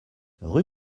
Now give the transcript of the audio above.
rue